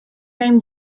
name